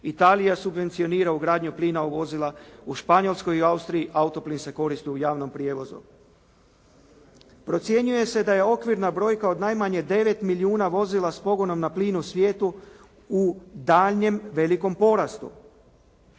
Italija subvencionira ugradnju plina u vozila, u Španjolskoj i Austriji auto plin se koristi u javnom prijevozu. Procjenjuje se da je okvirna brojka od najmanje 9 milijuna vozila s pogonom na plin u svijetu u daljnjem velikom porastu.